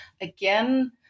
again